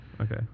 Okay